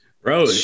Bro